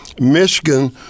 Michigan